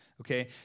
okay